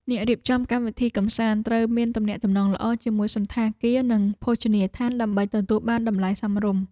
អ្នករៀបចំកម្មវិធីកម្សាន្តត្រូវមានទំនាក់ទំនងល្អជាមួយសណ្ឋាគារ និងភោជនីយដ្ឋានដើម្បីទទួលបានតម្លៃសមរម្យ។